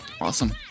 Awesome